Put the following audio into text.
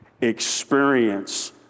experience